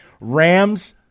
Rams